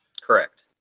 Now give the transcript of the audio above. Correct